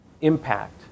impact